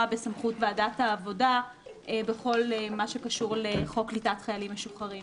בסמכות ועדת העבודה בכל הקשור לחוק קליטת חיילים משוחררים.